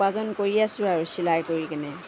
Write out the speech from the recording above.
উপাৰ্জন কৰি আছোঁ আৰু চিলাই কৰি কেনে